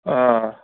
آ